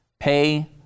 Pay